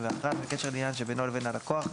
בקשר לעניין שבינו לבין לקוח,